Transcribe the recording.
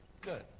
Good